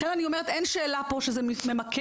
לכן אני אומרת אין שאלה פה שזה ממכר,